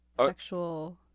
sexual